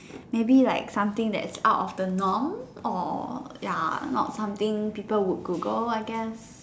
maybe like something that is out of the norm or ya not so something people would Google I guess